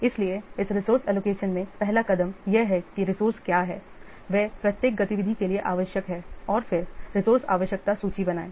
इसलिए इस resource allocation में पहला कदम यह है कि रिसोर्से क्या हैं वे प्रत्येक गतिविधि के लिए आवश्यक हैं और फिररिसोर्से आवश्यकता सूची बनाएं